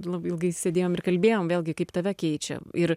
labai ilgai sėdėjom ir kalbėjom vėlgi kaip tave keičia ir